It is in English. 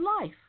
life